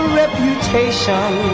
reputation